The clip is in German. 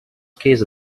käse